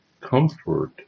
comfort